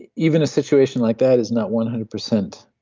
even a situation like that is not one hundred percent